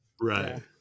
Right